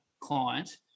client